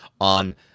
on